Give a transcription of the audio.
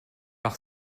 par